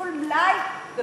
חיסול מלאי,